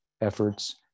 efforts